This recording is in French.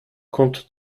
comte